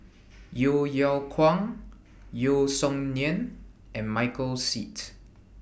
Yeo Yeow Kwang Yeo Song Nian and Michael Seet